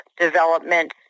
development